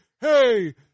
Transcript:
hey